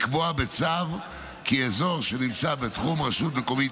לקבוע בצו כי אזור שנמצא בתחום רשות מקומית